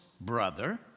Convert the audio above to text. brother